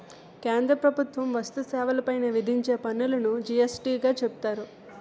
కేంద్ర ప్రభుత్వం వస్తు సేవల పైన విధించే పన్నులును జి యస్ టీ గా చెబుతారు